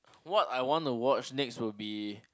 what I want to watch next would be